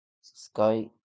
Sky